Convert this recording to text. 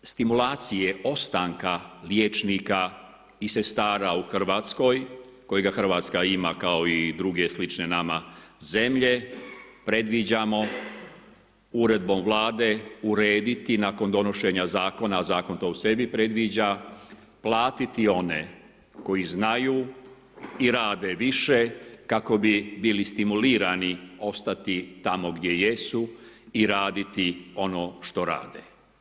Što se tiče stimulacije ostanka liječnika i sestara u Hrvatskoj, kojega Hrvatska ima kao i druge slične nama zemlje, predviđamo uredbom Vlade urediti nakon donošenja zakona, a zakon to u sebi predviđa platiti one koji znaju i rade više, kako bi bili stimulirani ostati tamo gdje jesu i raditi ono što rade.